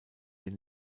den